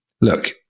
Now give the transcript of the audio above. look